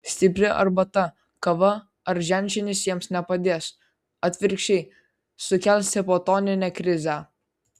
stipri arbata kava ar ženšenis jiems nepadės atvirkščiai sukels hipotoninę krizę